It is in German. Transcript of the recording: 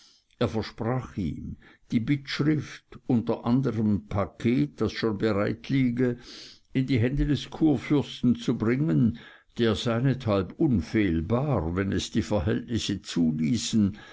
er versprach ihm die bittschrift unter einem anderen paket das schon bereit liege in die hände des kurfürsten zu bringen der seinethalb unfehlbar wenn es die verhältnisse zuließen